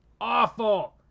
awful